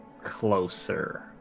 closer